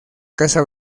casa